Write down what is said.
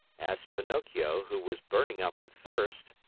asked pinocchio, who was burning up with thirst.